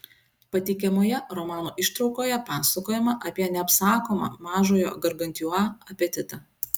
pateikiamoje romano ištraukoje pasakojama apie neapsakomą mažojo gargantiua apetitą